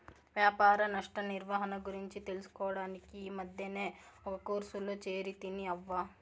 వ్యాపార నష్ట నిర్వహణ గురించి తెలుసుకోడానికి ఈ మద్దినే ఒక కోర్సులో చేరితిని అవ్వా